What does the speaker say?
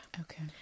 Okay